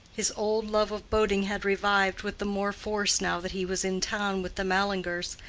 his old love of boating had revived with the more force now that he was in town with the mallingers,